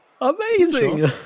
Amazing